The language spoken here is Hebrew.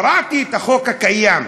קראתי את החוק הקיים,